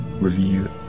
review